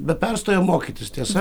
be perstojo mokytis tiesa